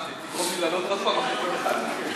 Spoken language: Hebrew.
תגרום לי לעלות עוד פעם אחרי כל אחד מכם.